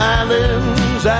islands